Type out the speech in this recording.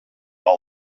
all